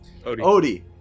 odie